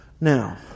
Now